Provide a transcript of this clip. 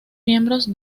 miembros